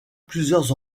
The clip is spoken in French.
plusieurs